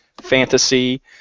fantasy